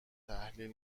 تحلیل